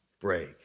break